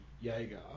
Jaeger